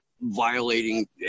violating